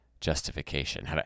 justification